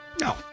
No